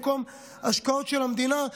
במקום השקעות של המדינה,